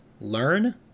Learn